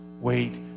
Wait